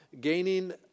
gaining